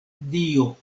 dio